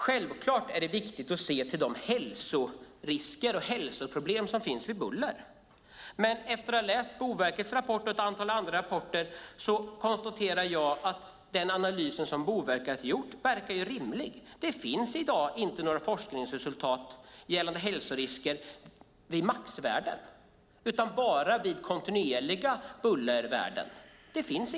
Självklart är det viktigt att se till de hälsorisker och hälsoproblem som finns vid buller. Men efter att ha läst Boverkets rapport och ett antal andra rapporter konstaterar jag att den analys som Boverket gjort verkar rimlig. Det finns i dag inga forskningsresultat gällande hälsorisker vid maxvärden utan bara vid kontinuerliga bullervärden.